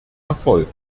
erfolg